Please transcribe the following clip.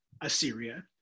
Assyria